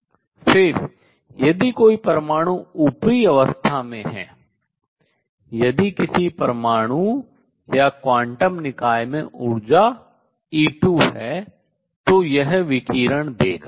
फिर यदि कोई परमाणु ऊपरी अवस्था में है यदि किसी परमाणु या क्वांटम निकाय में ऊर्जा E2 है तो यह विकिरण देगा